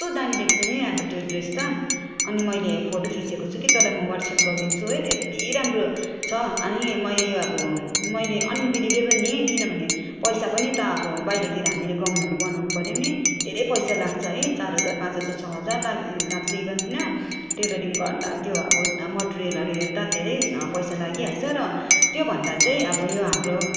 कस्तो दामी देख्छ नि अब त्यो ड्रेस त अनि मैले फोटो खिचेको छु कि तँलाई म व्हाट्सएप्प गरिदिन्छु हेर् यति राम्रो छ अनि मैले अब मैले अनबिलिभेबल नि किनभने पैसा पनि त अब बाहिरतिर हामीले गउनहरू बनाउनु पऱ्यो भने धेरै पैसा लाग्छ है चार हजार पाँच हजार छ हजार ला लाग्छ इभन होइन टेलरिङ गर्दा त्यो अब मटेरियलहरू हेर्दा धेरै पैसा लागिहाल्छ त्योभन्दा चाहिँ अब यो हाम्रो